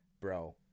bro